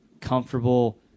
comfortable